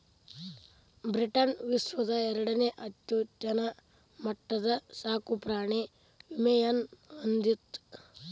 Britain ವಿಶ್ವದ ಎರಡನೇ ಅತ್ಯುನ್ನತ ಮಟ್ಟದ ಸಾಕುಪ್ರಾಣಿ ವಿಮೆಯನ್ನ ಹೊಂದಿತ್ತ